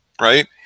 right